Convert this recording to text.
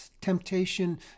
temptation